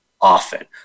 often